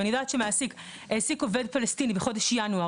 אם אני יודעת שמעסיק העסיק עובד כבר בחודש ינואר